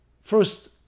First